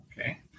Okay